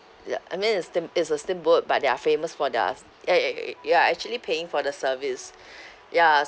ya I mean is steam~ is a steamboat but they are famous for their ya ya ya you are actually paying for the service ya